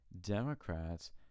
democrats